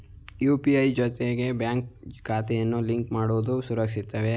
UPI ಜೊತೆಗೆ bank ಖಾತೆಯನ್ನು link ಮಾಡುವುದು ಸುರಕ್ಷಿತವೇ?